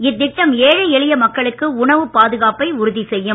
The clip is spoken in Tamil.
இத்திட்டம் ஏழை எளிய மக்களுக்கு உணவுப் பாதுகாப்பை உறுதி செய்யும்